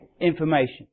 information